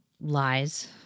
lies